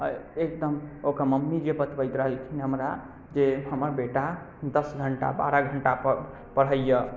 आ एकदम ओकर मम्मी जे बतबैत रहलखिन हमरा जे हमर बेटा दश घण्टा बारह घण्टा पढ़ैया